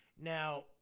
Now